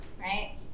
Right